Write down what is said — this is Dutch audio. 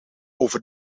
over